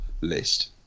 List